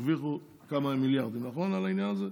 כמה מיליארדים על העניין הזה,